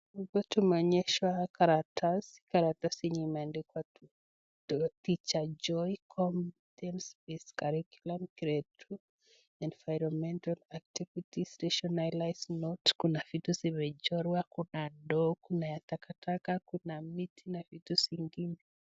Hapa tumeoneshwa karatasi. Karatasi yenye imeandikwa (teacher joy koome ,(cs) compitence co-curriculum grade 2, environmental activities tresion online notes(cs) Kuna vitu zimechorwa kuna ndoo, kuna Ya takataka kuna miti na vitu zingine.